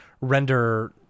render